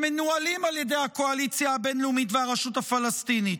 שמנוהלים על ידי הקואליציה הבין-לאומית והרשות הפלסטינית.